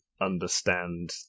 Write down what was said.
understand